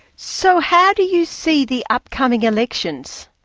so how do you see the upcoming elections?